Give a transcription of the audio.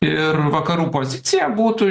ir vakarų pozicija būtų